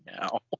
now